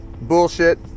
bullshit